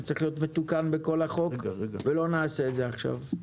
זה צריך להיות מתוקן בכל חוק ולא נעשה את זה עכשיו.